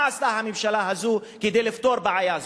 מה עשתה הממשלה הזאת כדי לפתור בעיה זו?